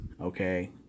Okay